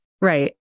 Right